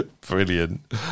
brilliant